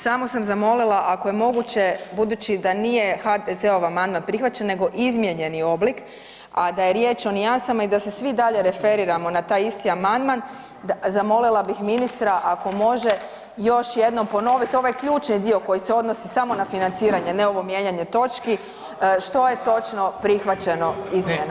Samo sam zamolila ako je moguće budući da nije HDZ-ov amandman prihvaćen nego izmijenjeni oblik, a da je riječ o nijansama i da se svi dalje referiramo na taj isti amandman, zamolila bih ministra ako može još jednom ponovit ovaj ključni dio koji se odnosi samo na financiranje, ne ovo mijenjanje točki, što je točno prihvaćeno izmjenama?